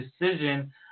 decision